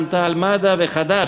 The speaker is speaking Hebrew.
רע"ם-תע"ל-מד"ע וחד"ש.